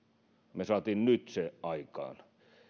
me saimme nyt sen aikaan